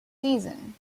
season